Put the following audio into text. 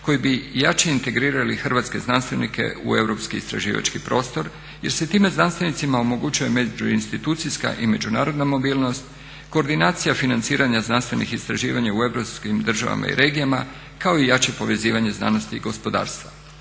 koji bi jače integrirali hrvatske znanstvenike u europski istraživački prostor jer se time znanstvenicima omogućuje međuinstitucijska i međunarodna mobilnost, koordinacija financiranja znanstvenih istraživanja u europskim državama i regijama, kao i jače povezivanje znanosti i gospodarstva.